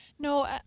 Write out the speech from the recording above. No